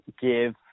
give